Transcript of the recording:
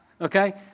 Okay